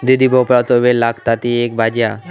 दुधी भोपळ्याचो वेल लागता, ती एक भाजी हा